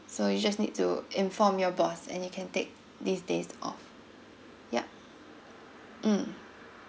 so you just need to inform your boss and you can take these days off yup mm